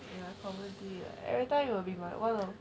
ya comedy like every time you will be like want to